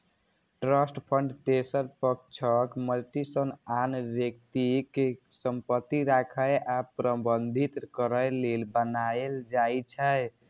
trust fund तेसर पक्षक मदति सं आन व्यक्तिक संपत्ति राखै आ प्रबंधित करै लेल बनाएल जाइ छै